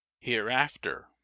hereafter